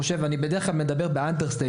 בדרך כלל אני מדבר באנדרסטייטמנט,